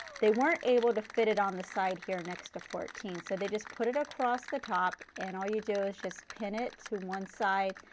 they werenit able to fit it on the side here next to fourteen, so they just put it across the top and all you do is just pin it to one side,